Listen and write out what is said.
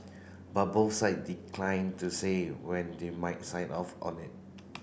but both side declined to say when they might sign off on it